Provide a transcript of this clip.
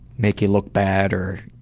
make you look bad or